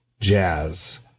jazz